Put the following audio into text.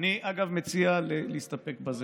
אגב, אני מציע להסתפק בזה.